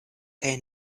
kaj